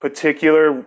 Particular